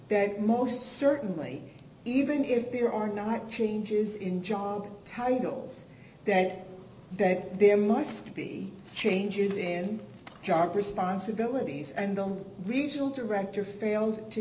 that most certainly even if there are not changes in job titles that that there must be changes in job responsibilities and on regional director failed to